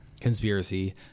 Conspiracy